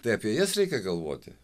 tai apie jas reikia galvoti